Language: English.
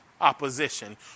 opposition